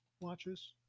watches